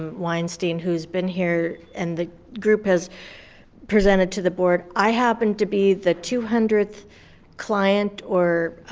um weinstein, who's been here, and the group has presented to the board. i happened to be the two hundredth client, or